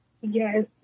Yes